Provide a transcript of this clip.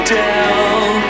down